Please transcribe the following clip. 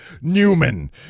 Newman